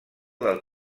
del